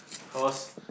cause